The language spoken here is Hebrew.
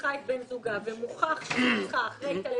שרצחה את בן זוגה ומוכח שעשתה זאת לאחר התעללות